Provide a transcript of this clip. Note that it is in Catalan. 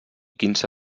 quinze